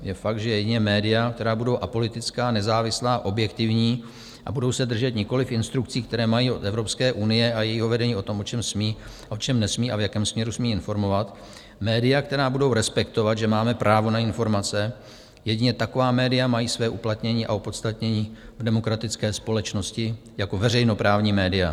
Je fakt, že jedině média, která budou apolitická, nezávislá, objektivní a budou se držet nikoliv instrukcí, které mají od Evropské unie a jejího vedení v tom, o čem smí, o čem nesmí a v jakém směru smí informovat, média, která budou respektovat, že máme právo na informace, jedině taková média mají své uplatnění a opodstatnění v demokratické společnosti jako veřejnoprávní média.